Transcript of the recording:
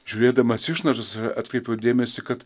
žiūrėdamas išnašas atkreipiau dėmesį kad